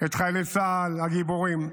את חיילי צה"ל הגיבורים,